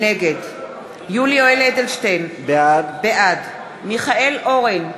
נגד יולי יואל אדלשטיין, בעד מיכאל אורן,